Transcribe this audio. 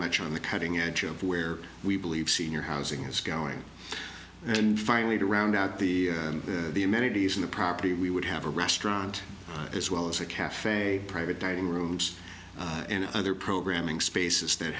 much on the cutting edge of where we believe senior housing is going and finally to round out the the amenities in the property we would have a restaurant as well as a cafe private dining rooms and other programming spaces that